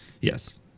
yes